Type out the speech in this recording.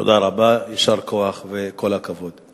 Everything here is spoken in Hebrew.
תודה רבה, יישר כוח וכל הכבוד.